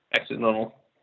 accidental